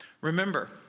Remember